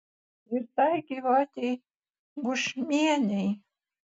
ir tai gyvatei bušmienei